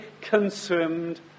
consumed